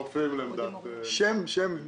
אהוד מוריה,